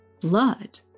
blood